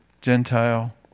Gentile